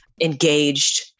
engaged